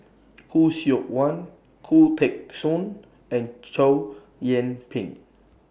Khoo Seok Wan Khoo Teng Soon and Chow Yian Ping